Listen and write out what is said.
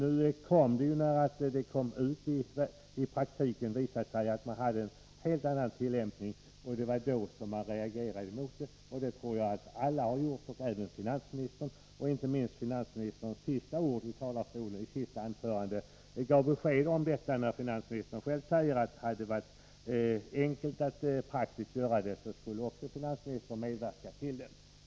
I praktiken visade det sig nu att det var fråga om en helt annan tillämpning, och det var då som reaktionen kom. Alla reagerade, även finansministern. Inte minst finansministerns sista ord i det senaste anförandet vittnade härom. Han sade, att hade det varit enkelt praktiskt sett, skulle han ha medverkat.